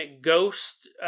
ghost